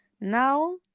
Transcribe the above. Now